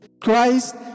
Christ